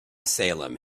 salem